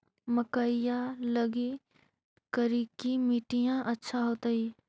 मकईया लगी करिकी मिट्टियां अच्छा होतई